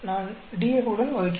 நான் DF உடன் வகுக்கிறேன்